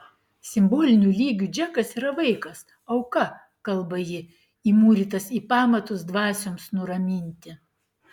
simboliniu lygiu džekas yra vaikas auka kalba ji įmūrytas į pamatus dvasioms nuraminti